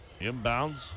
Inbounds